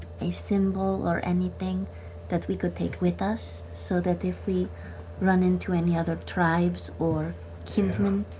a symbol or anything that we could take with us, so that if we run into any other tribes or kinsmen,